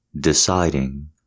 Deciding